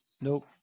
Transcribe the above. Nope